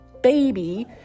baby